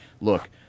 Look